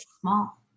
small